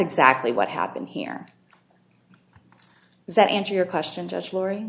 exactly what happened here that answer your question just laurie